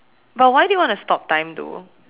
but why do you want to stop time though